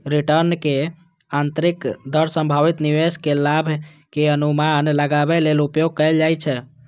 रिटर्नक आंतरिक दर संभावित निवेश के लाभ के अनुमान लगाबै लेल उपयोग कैल जाइ छै